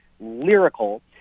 lyrical